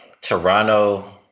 Toronto